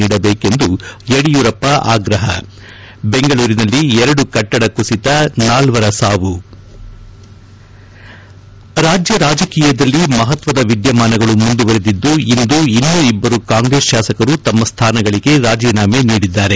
ನೀಡಬೇಕೆಂದು ಯಡಿಯೂರಪ್ಪ ಆಗ್ರಹ ಬೆಂಗಳೂರಿನಲ್ಲಿ ಎರಡು ಕಟ್ಟಡ ಕುಸಿತ ನಾಲ್ವರ ಸಾವು ರಾಜ್ಯ ರಾಜಕೀಯದಲ್ಲಿ ಮಹತ್ವದ ವಿದ್ಯಮಾನಗಳು ಮುಂದುವರೆದಿದ್ದು ಇಂದು ಇನ್ನೂ ಇಬ್ಬರು ಕಾಂಗ್ರೆಸ್ ಶಾಸಕರು ತಮ್ನ ಸ್ಥಾನಗಳಿಗೆ ರಾಜೀನಾಮೆ ನೀಡಿದ್ದಾರೆ